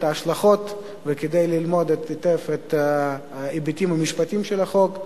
ההשלכות וכדי ללמוד היטב את ההיבטים המשפטיים של החוק.